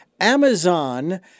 Amazon